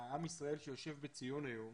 עם ישראל שיושב בציון היום